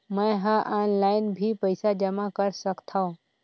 मैं ह ऑनलाइन भी पइसा जमा कर सकथौं?